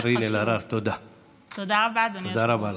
תודה רבה, אדוני היושב-ראש.